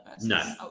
No